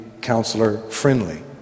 counselor-friendly